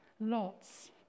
lots